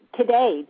today